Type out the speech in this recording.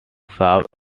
served